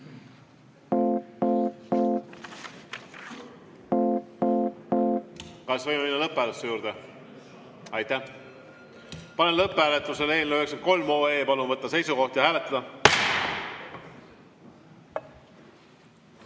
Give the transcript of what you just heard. Kas võime minna lõpphääletuse juurde? Aitäh! Panen lõpphääletusele eelnõu 93. Palun võtta seisukoht ja hääletada!